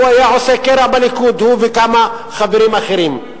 הוא היה עושה קרע בליכוד, הוא וכמה חברים אחרים.